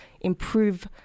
improve